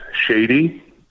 shady